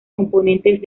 componentes